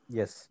yes